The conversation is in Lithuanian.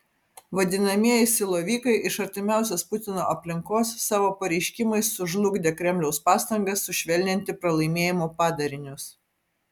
vadinamieji silovikai iš artimiausios putino aplinkos savo pareiškimais sužlugdė kremliaus pastangas sušvelninti pralaimėjimo padarinius